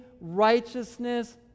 righteousness